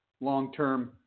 Long-term